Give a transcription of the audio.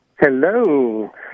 Hello